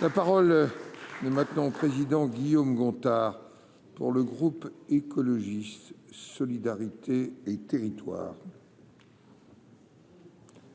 La parole est maintenant. Président Guillaume Gontard pour le groupe écologiste solidarité et territoires.